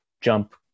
jump